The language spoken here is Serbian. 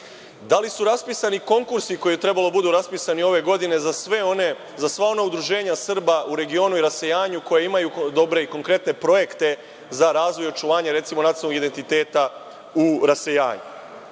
Da li su raspisani konkursi koji su trebali da budu raspisani ove godine za sva ona udruženja Srba u regionu i rasejanju koja imaju dobre i konkretne projekte za razvoj i očuvanje recimo nacionalnog identiteta u rasejanju? Zašto